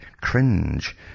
cringe